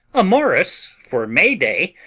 a morris for mayday,